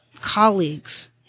colleagues